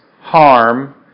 harm